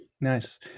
Nice